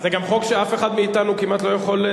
זה גם חוק שאף אחד מאתנו כמעט לא יכול,